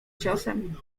ciosem